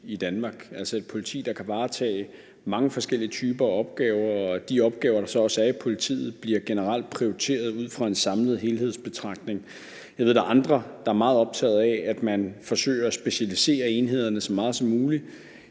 i Danmark, altså et politi, der kan varetage mange forskellige typer af opgaver, og at de opgaver, der så også er i politiet, generelt bliver prioriteret ud fra en samlet helhedsbetragtning. Jeg ved, at der er andre, der er meget optaget af, at man forsøger at specialisere enhederne så meget som muligt.